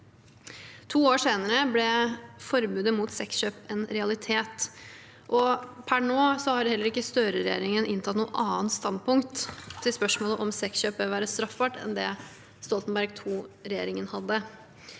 To år senere ble forbudet mot sexkjøp en realitet, og per nå har heller ikke Støre-regjeringen inntatt noe annet standpunkt til spørsmålet om sexkjøp bør være straffbart enn det Stoltenberg II-regjeringen hadde.